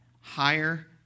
higher